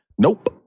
Nope